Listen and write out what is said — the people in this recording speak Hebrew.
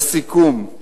לסיכום,